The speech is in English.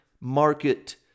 market